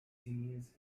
continues